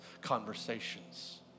conversations